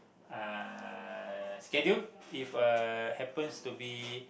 uh schedule if uh happens to be